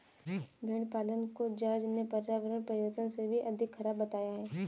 भेड़ पालन को जॉर्ज ने पर्यावरण परिवर्तन से भी अधिक खराब बताया है